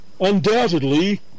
undoubtedly